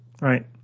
Right